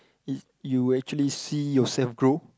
it you actually see yourself grow